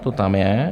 To tam je.